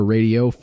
Radio